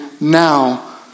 now